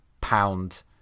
pound